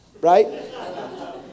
right